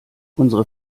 unsere